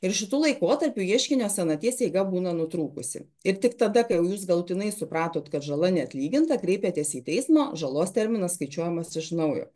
ir šituo laikotarpiu ieškinio senaties eiga būna nutrūkusi ir tik tada kai jau jūs galutinai supratot kad žala neatlyginta kreipiatės į teismą žalos terminas skaičiuojamas iš naujo